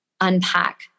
unpack